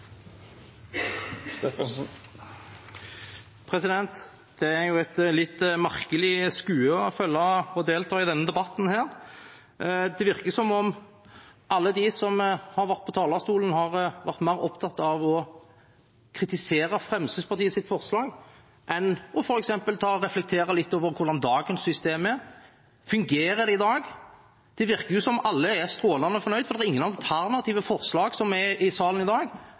Det er et litt merkelig skue å følge denne debatten og delta i den. Det virker som om alle de som har vært på talerstolen, har vært mer opptatt av å kritisere Fremskrittspartiets forslag enn f.eks. å reflektere litt over hvordan dagens system er. Fungerer det i dag? Det virker som om alle er strålende fornøyd, for det er ingen alternative forslag i salen i dag.